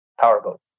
Powerboat